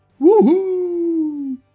Woohoo